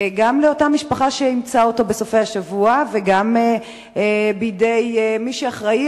גם לאותה משפחה שאימצה אותו בסופי שבוע וגם למי שאחראי